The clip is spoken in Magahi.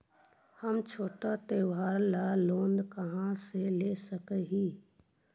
हम छोटा त्योहार ला लोन कहाँ से ले सक ही?